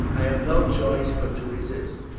i have no choice but to resist.